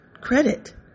credit